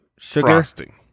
frosting